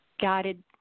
guided